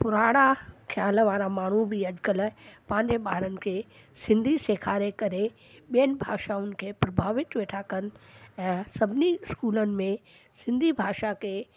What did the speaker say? पुराणा ख्याल वारा माण्हू बि अॼकल्ह पंहिंजे ॿारनि खे सिंधी सेखारे करे ॿियनि भाषाऊनि खे प्रभावित वेठा कनि ऐं सभिनी स्कूलनि में सिंधी भाषा खे